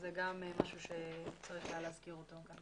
זה גם משהו שצריך להזכיר אותו.